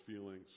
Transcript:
feelings